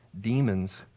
Demons